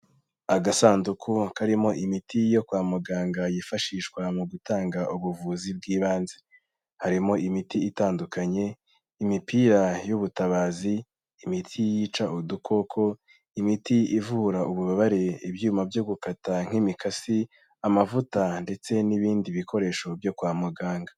Agasanduku karimo imiti yo kwa muganga yifashishwa mu gutanga ubuvuzi bw'ibanze, harimo imiti itandukanye, imipira y'ubutabazi, imiti yica udukoko, imiti ivura ububabare, ibyuma byo gukata nk'imikasi, amavuta ndetse n'ibindi bikoresho byo kwa muganga.